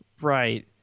Right